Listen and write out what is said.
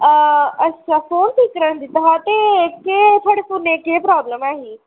अच्छा फोन ठीक कराने ई दित्ता हा ते केह् थुआढ़े फोनै ई केह् प्राब्लम ऐही